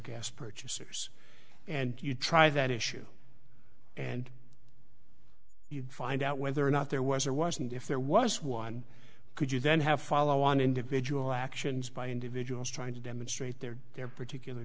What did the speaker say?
gas purchasers and you try that issue and you find out whether or not there was or wasn't if there was one could you then have follow on individual actions by individuals trying to demonstrate their their particular